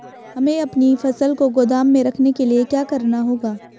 हमें अपनी फसल को गोदाम में रखने के लिये क्या करना होगा?